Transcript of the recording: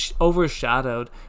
overshadowed